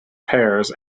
pears